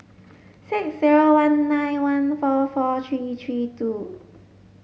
six zero one nine one four four three three two